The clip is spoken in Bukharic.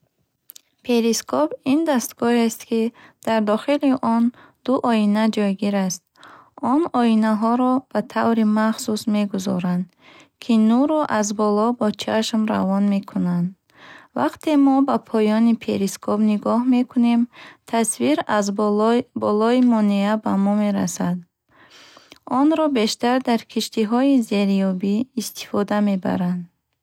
Перископ ин дастгоҳест, ки дар дохили он ду оина ҷойгир аст. Он оинаҳоро ба таври махсус мегузоранд, ки нурро аз боло бо чашм равон мекунанд. Вақте мо ба поёни перископ нигоҳ мекунем, тасвир аз болой болои монеа ба мо мерасад. Онро бештар дар киштиҳои зериобӣ истифода мебаранд.